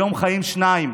היום חיים שניים: